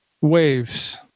waves